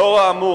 לאור האמור,